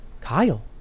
Kyle